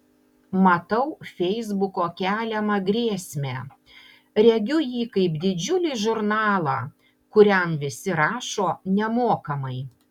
matau feisbuko keliamą grėsmę regiu jį kaip didžiulį žurnalą kuriam visi rašo nemokamai